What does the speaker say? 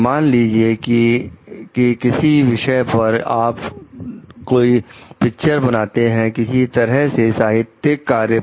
मान लीजिए के किसी विषय पर आप कोई पिक्चर बनाते हैं किसी तरह के साहित्यिक कार्य पर